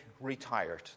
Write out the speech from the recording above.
retired